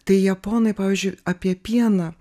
tai japonai pavyzdžiui apie pieną